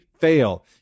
fail